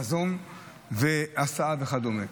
מזון, הסעה וכדומה.